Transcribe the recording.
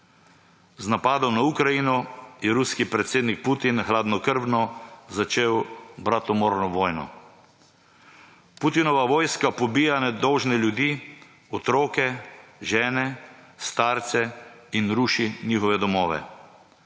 z napadom na Ukrajino je Ruski predsednik Putin hladnokrvno začel bratomorno vojno. Putinova vojska pobija nedolžne ljudi, otroke, žene, starce in ruši njihove domove.